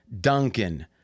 Duncan